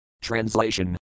Translation